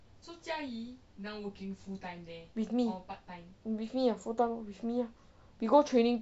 with me with me ah full time lor with me lah we go training